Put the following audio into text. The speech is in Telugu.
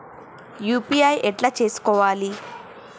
యూ.పీ.ఐ ఎట్లా చేసుకోవాలి?